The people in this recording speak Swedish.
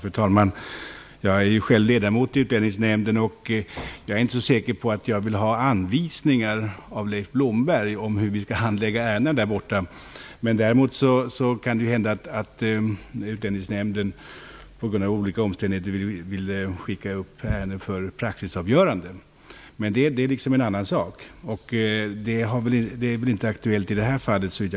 Fru talman! Jag är själv ledamot i Utlänningsnämnden, och jag är inte så säker på att jag vill ha anvisningar från Leif Blomberg om hur vi där skall handlägga ärendena. Däremot kan det hända att Utlänningsnämnden på grund av olika omständigheter vill skicka upp ärenden för praxisavgörande, men det är en annan sak, som såvitt jag nu kan förstå inte är aktuell.